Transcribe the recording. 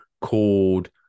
called